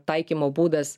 taikymo būdas